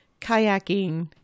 kayaking